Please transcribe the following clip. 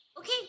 Okay